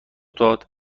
داد